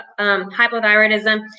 hypothyroidism